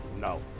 No